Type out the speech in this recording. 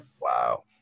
wow